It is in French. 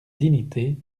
dignité